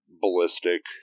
ballistic